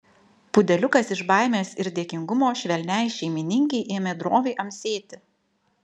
pudeliukas iš baimės ir dėkingumo švelniai šeimininkei ėmė droviai amsėti